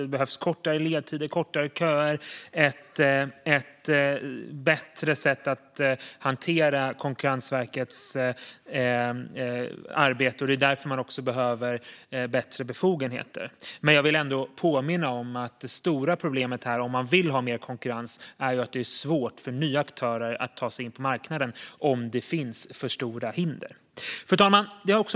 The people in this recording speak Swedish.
Det behövs kortare ledtider och kortare köer och ett bättre sätt att hantera Konkurrensverkets arbete. Därför behöver Konkurrensverket också bättre befogenheter. Men jag vill ändå påminna om att det stora problemet om man vill ha mer konkurrens är att det är svårt för nya aktörer att ta sig in på marknaden om det finns för stora hinder. Fru talman!